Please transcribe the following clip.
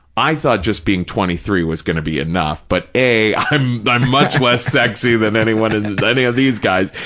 i thought just being twenty three was going to be enough, but, a, i'm i'm much less sexy than anyone, and and any of these guys,